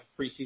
preseason